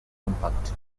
compact